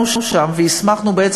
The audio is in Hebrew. האיר בעיה